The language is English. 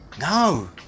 No